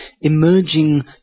emerging